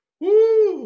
Woo